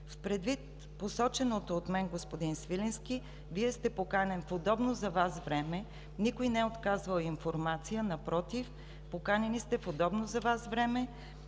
Предвид посоченото от мен, господин Свиленски, Вие сте поканен в удобно за Вас време – никой не е отказвал информация, напротив, поканени сте в удобно за Вас време